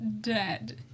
dead